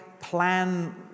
plan